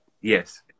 Yes